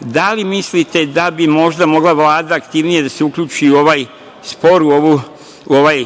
da li mislite da bi možda mogla Vlada aktivnije da se uključi u ovaj spor, u ovaj